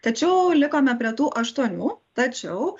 tačiau likome prie tų aštuonių tačiau